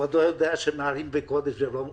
כבודו יודע שמעלים בקודש ולא מורידים.